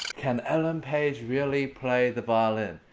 can ellen page really play the violin.